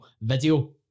video